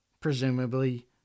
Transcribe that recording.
presumably